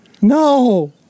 No